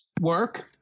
Work